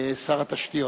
שר התשתיות.